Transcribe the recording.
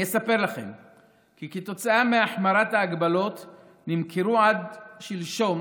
אני אספר לכם כי כתוצאה מהחמרת ההגבלות נמכרו עד שלשום,